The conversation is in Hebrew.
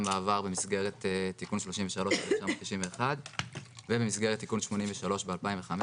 בעבר במסגרת תיקון 33 לתמ"א 31 ובמסגרת תיקון 83 ב-2005.